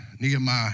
Nehemiah